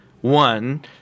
One